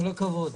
הישיבה נעולה.